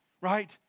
right